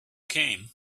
came